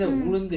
mm